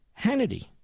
Hannity